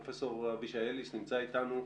פרופ' אבישי אליס נמצא אתנו,